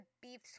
Beef